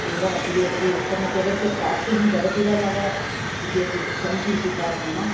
एव अग्रे अग्रे उत्तमजलस्य प्राप्तिः भवति वा न वा इत्यपि सन्ति इति कारणेन